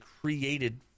created